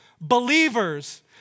Believers